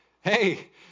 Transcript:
Hey